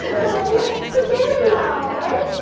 i don't like let's the game now, right?